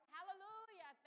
Hallelujah